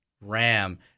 Ram